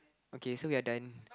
okay so we are done